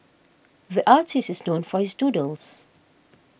the artist is known for his doodles